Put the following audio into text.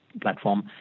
platform